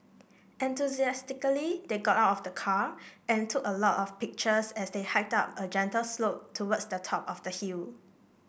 they got out of the car and took a lot of pictures as they hiked up a gentle slope towards the top of the hill